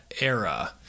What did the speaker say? era